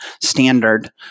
standard